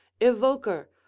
evoker